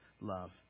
love